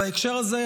בהקשר הזה,